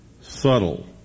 Subtle